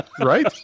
right